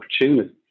opportunities